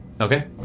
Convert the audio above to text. Okay